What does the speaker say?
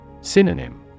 Synonym